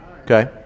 Okay